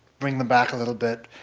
bring them back a little bit.